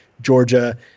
Georgia